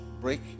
break